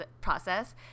process